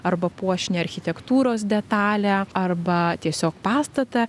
arba puošnią architektūros detalę arba tiesiog pastatą